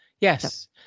yes